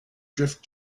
drift